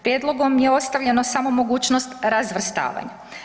Prijedlogom je ostavljeno samo mogućnost razvrstavanja.